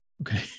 Okay